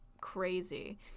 crazy